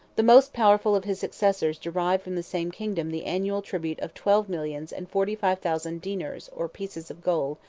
the most powerful of his successors derived from the same kingdom the annual tribute of twelve millions and forty-five thousand dinars or pieces of gold,